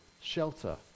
shelter